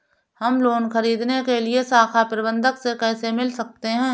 हम लोन ख़रीदने के लिए शाखा प्रबंधक से कैसे मिल सकते हैं?